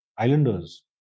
Islanders